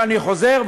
אני חוזר,